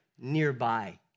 nearby